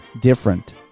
different